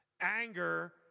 anger